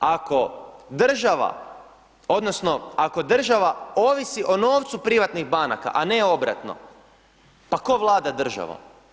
Ako država, odnosno ako država ovisi o novcu privatnih banaka a ne obratno, pa tko vlada državom?